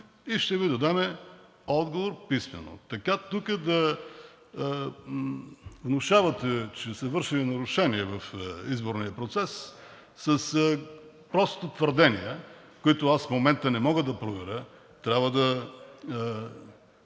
и ще Ви дадем отговор писмено. Тук така да внушавате, че се вършели нарушения в изборния процес, са просто твърдения, които аз в момента не мога да проверя… Трябва да